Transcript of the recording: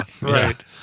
right